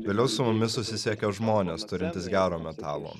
vėliau su mumis susisiekė žmonės turintys gero metalo